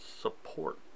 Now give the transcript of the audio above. support